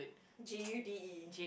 J U D E